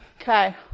Okay